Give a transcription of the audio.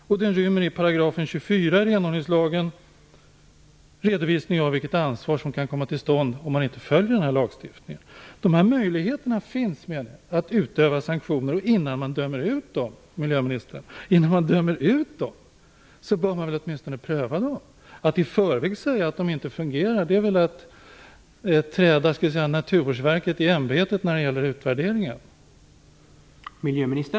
Den rymmer i 24 § renhållningslagens redovisning av vilket ansvar som gäller om man inte följer lagstiftningen. Dessa möjligheter finns att utöva sanktioner. Innan man dömer ut dem bör man åtminstone pröva dem. Att i förväg säga att de inte fungerar är väl att träda Naturvårdsverket i ämbetet när det gäller utvärderingar.